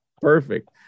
Perfect